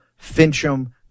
Fincham